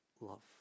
love